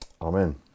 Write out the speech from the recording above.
Amen